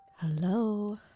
hello